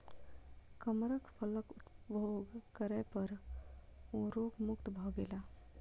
कमरख फलक उपभोग करै पर ओ रोग मुक्त भ गेला